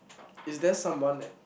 is there someone that